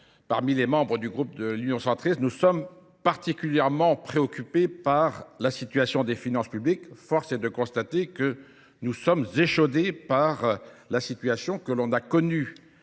parmi les membres du groupe de l'Union Centrise, nous sommes particulièrement préoccupés par la situation des finances publiques, force est de constater que nous sommes échaudés par la situation que l'on a connue